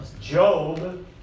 Job